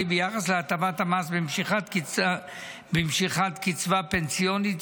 ביחס להטבת המס במשיכת קצבה פנסיונית,